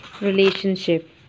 relationship